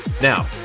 Now